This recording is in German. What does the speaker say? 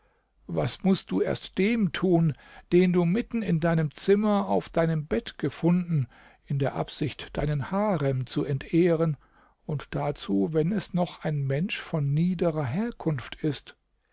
was mußt du erst dem tun den du mitten in deinem zimmer auf deinem bett gefunden in der absicht deinen harem zu entehren und dazu wenn es noch ein mensch von niederer herkunft ist